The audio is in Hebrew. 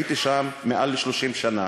הייתי שם מעל 30 שנה,